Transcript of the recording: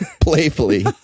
playfully